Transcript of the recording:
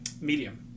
medium